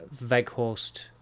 Veghorst